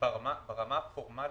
ברמה הפורמלית,